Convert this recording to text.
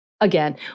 again